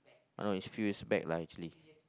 no is few years back lah actually